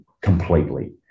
completely